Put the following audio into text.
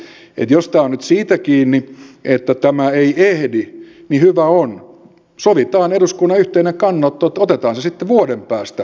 että jos tämä on nyt siitä kiinni että tämä ei ehdi niin hyvä on sovitaan eduskunnan yhteinen kannanotto että otetaan se sitten vuoden päästä budjettiin